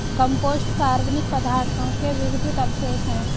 compost कार्बनिक पदार्थों के विघटित अवशेष हैं